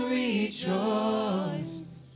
rejoice